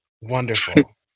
wonderful